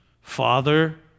Father